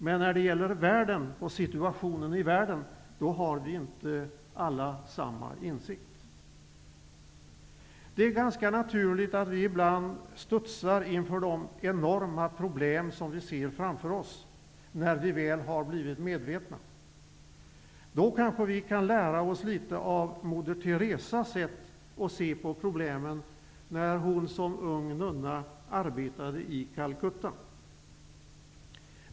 Men när det gäller situationen i världen har vi inte alla samma insikt. Det är ganska naturligt att vi ibland studsar inför de enorma problem som vi ser framför oss, när vi väl har blivit medvetna. Vi kan kanske lära oss litet av moder Teresas sätt att se på problemen när hon som ung nunna arbetade i Calcutta.